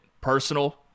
personal